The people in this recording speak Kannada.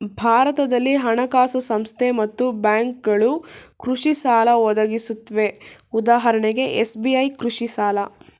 ಭಾರತದಲ್ಲಿ ಹಣಕಾಸು ಸಂಸ್ಥೆ ಮತ್ತು ಬ್ಯಾಂಕ್ಗಳು ಕೃಷಿಸಾಲ ಒದಗಿಸುತ್ವೆ ಉದಾಹರಣೆಗೆ ಎಸ್.ಬಿ.ಐ ಕೃಷಿಸಾಲ